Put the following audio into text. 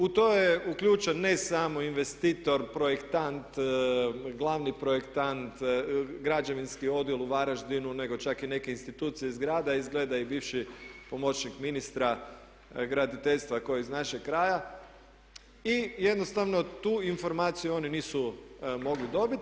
U to je uključen ne samo investitor, projektant, glavni projektant, građevinski odjel u Varaždinu nego čak i neke institucije iz grada i izgleda i bivši pomoćnik ministra graditeljstva koji je iz našeg kraja i jednostavno tu informaciju oni nisu mogli dobiti.